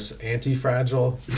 anti-fragile